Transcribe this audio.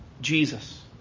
Jesus